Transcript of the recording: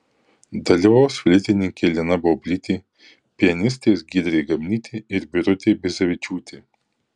dalyvaus fleitininkė lina baublytė pianistės giedrė gabnytė ir birutė bizevičiūtė